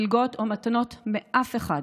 מלגות או מתנות מאף אחד.